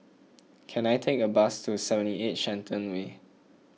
can I take a bus to seventy eight Shenton Way